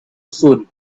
soon